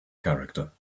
character